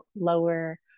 lower